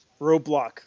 Roblox